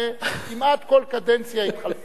כמעט כל קדנציה התחלפה הממשלה.